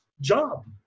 job